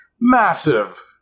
massive